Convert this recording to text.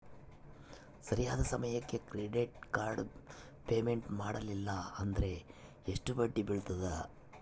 ಸರಿಯಾದ ಸಮಯಕ್ಕೆ credit card payment ಮಾಡಲಿಲ್ಲ ಅಂದ್ರೆ ಎಷ್ಟು ಬಡ್ಡಿ ಬೇಳ್ತದ?